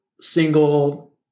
single